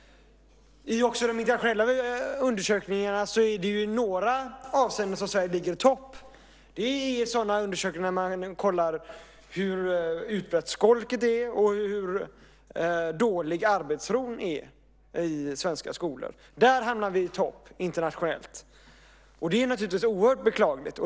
I de internationella undersökningarna är det i några avseenden som Sverige ligger i topp. Det är i sådana undersökningar där man har kollat hur utbrett skolket är och hur dålig arbetsron är i svenska skolor. Där hamnar vi i topp internationellt. Det är naturligtvis oerhört beklagligt.